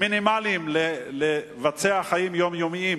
מינימליים לקיים חיים יומיומיים